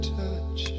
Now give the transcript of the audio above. touch